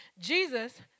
Jesus